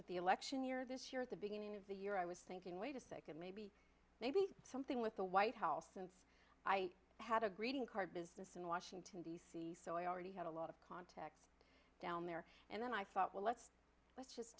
with the election year this year at the beginning of the year i was thinking wait a second maybe something with the white house and i had a greeting card business in washington d c so i already had a lot of contacts down there and then i thought well let's